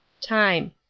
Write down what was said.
time